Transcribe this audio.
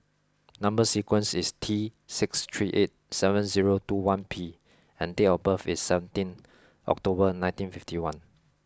number sequence is T six three eight seven zero two one P and date of birth is seventeenth October nineteen fifty one